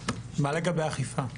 מה לגבי אכיפה?